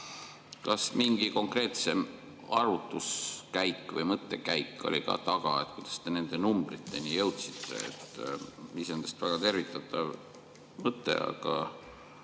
Kas mingi konkreetsem arvutuskäik või mõttekäik oli ka seal taga, kuidas te nende numbriteni jõudsite? Iseenesest väga tervitatav mõte, aga